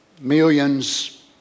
millions